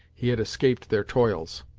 he had escaped their toils.